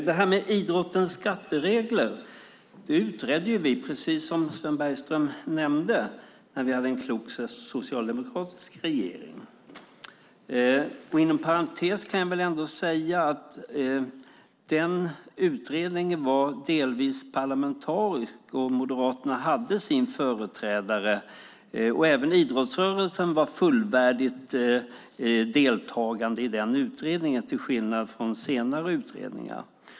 Fru talman! När vi hade en klok socialdemokratisk regering utredde vi idrottens skatteregler, precis som Sven Bergström nämnde. Inom parentes kan jag ändå säga att den utredningen delvis var parlamentarisk, och Moderaterna hade sin företrädare. Även idrottsrörelsen var fullvärdigt deltagande i den utredningen till skillnad från hur det har varit i senare utredningar.